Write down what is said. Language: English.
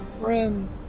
room